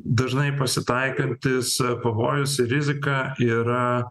dažnai pasitaikantis pavojus ir rizika yra